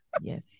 Yes